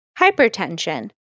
hypertension